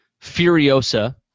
Furiosa